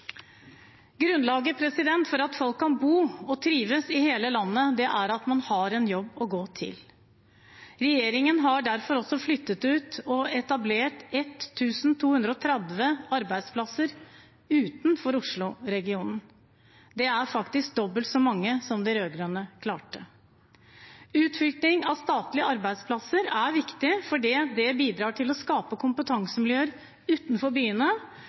for at folk kan bo og trives i hele landet, er at man har en jobb å gå til. Regjeringen har derfor også flyttet ut og etablert 1 230 arbeidsplasser utenfor Oslo-regionen. Det er faktisk dobbelt så mange som de rød-grønne klarte. Utflytting av statlige arbeidsplasser er viktig fordi det bidrar til å skape kompetansemiljøer utenfor byene,